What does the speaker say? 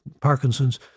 Parkinson's